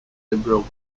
liberal